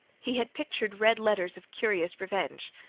he had pictured red letters of curious revenge.